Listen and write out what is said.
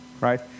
right